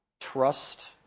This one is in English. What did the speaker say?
Trust